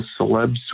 celebs